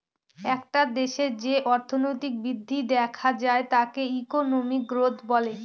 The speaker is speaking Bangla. একটা দেশে যে অর্থনৈতিক বৃদ্ধি দেখা যায় তাকে ইকোনমিক গ্রোথ বলে